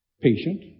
Patient